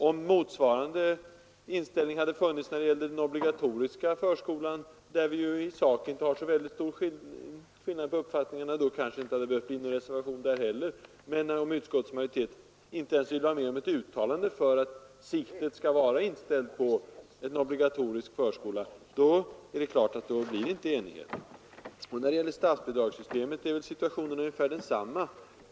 Om motsvarande inställning hade funnits när det gällde den obligatoriska förskolan, där vi ju i sak inte har så skilda uppfattningar, kanske det inte hade behövt bli någon reservation där heller. Men om utskottsmajoriteten inte ens vill vara med om ett uttalande att siktet skall vara inställt på en obligatorisk förskola, är det klart att det inte blir enighet. I fråga om statsbidragssystemet är situationen ungefär densamma.